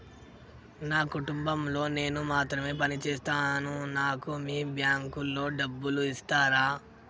నా కుటుంబం లో నేను మాత్రమే పని చేస్తాను నాకు మీ బ్యాంకు లో డబ్బులు ఇస్తరా?